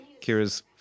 Kira's